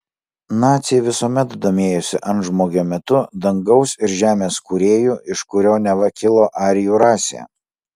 naciai visuomet domėjosi antžmogio mitu dangaus ir žemės kūrėju iš kurio neva kilo arijų rasė